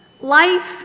Life